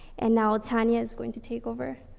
and now tania is going to take over.